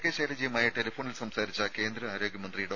K ശൈലജയുമായി ടെലിഫോണിൽ സംസാരിച്ച കേന്ദ്ര ആരോഗ്യമന്ത്രി ഡോ